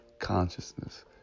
consciousness